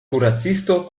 kuracisto